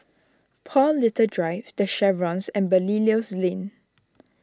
Paul Little Drive the Chevrons and Belilios Lane